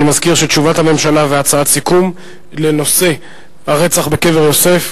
אני מזכיר שתשובת הממשלה והצעת סיכום בנושא הרצח בקבר יוסף,